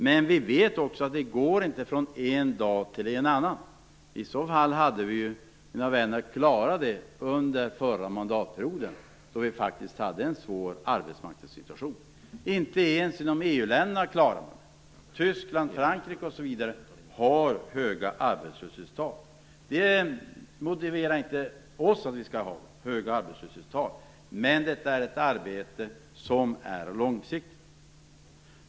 Men vi vet också att det inte går att åstadkomma det från en dag till en annan. I så fall hade vi ju klarat det under förra mandatperioden, då vi faktiskt hade en svår arbetsmarknadssituation. Inte ens inom EU-länderna klarar man det. Tyskland, Frankrike osv. har höga arbetslöshetstal. Det är inte något skäl för att vi också skall ha det, men att få ned dem är ett arbete som är långsiktigt.